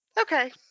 Okay